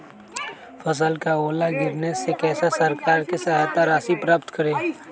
फसल का ओला गिरने से कैसे सरकार से सहायता राशि प्राप्त करें?